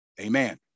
Amen